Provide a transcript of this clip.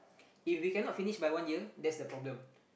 if you cannot finish by one year that's the problem